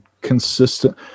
consistent